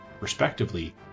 respectively